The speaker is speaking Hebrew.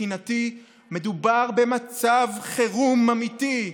מבחינתי מדובר במצב חירום אמיתי.